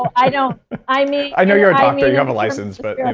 i don't. i mean i know you're a doctor. you have a license but.